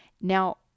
now